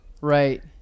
Right